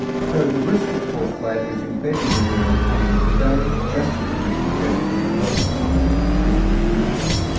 so the risk of forced labour is embedded in our economy today, just as it was embedded in the world economy two hundred years ago.